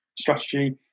strategy